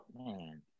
Man